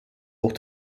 auch